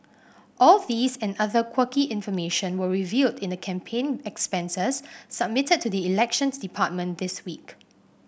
all these and other quirky information were revealed in the campaign expenses submitted to the Elections Department this week